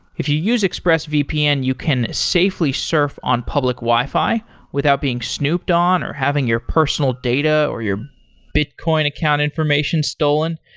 if you use expressvpn, you can safely surf on public wi-fi without being snooped on or having your personal data or your bitcoin account information stolen.